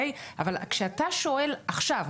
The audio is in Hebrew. אבל כשאתה שואל עכשיו,